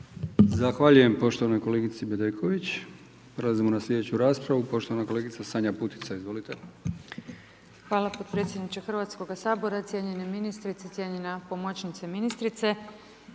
Zahvaljujem poštovanoj kolegici Bedeković. Prelazimo na sljedeću raspravu. Poštovana kolegica Sanja Putica, izvolite. **Putica, Sanja (HDZ)** Hvala potpredsjedniče Hrvatskoga sabora, cijenjene ministrice, cijenjena pomoćnice ministrice.